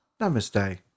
Namaste